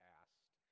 asked